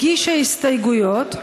הגישה הסתייגויות,